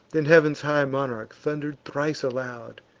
then heav'n's high monarch thunder'd thrice aloud,